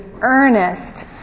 earnest